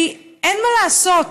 כי אין מה לעשות,